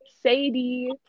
Sadie